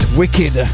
wicked